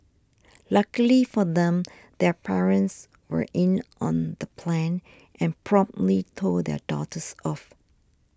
luckily for them their parents were in on the plan and promptly told their daughters off